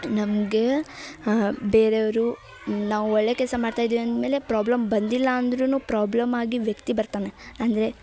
ನಮಗೆ ಬೇರೆಯವರು ನಾವು ಒಳ್ಳೆಯ ಕೆಲಸ ಮಾಡ್ತಾ ಇದ್ದೀವಿ ಅಂದ್ಮೇಲೆ ಪ್ರಾಬ್ಲಮ್ ಬಂದಿಲ್ಲ ಅಂದರು ಪ್ರಾಬ್ಲಮ್ ಆಗಿ ವ್ಯಕ್ತಿ ಬರ್ತಾನೆ ಅಂದರೆ